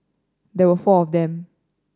there were four of them